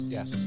Yes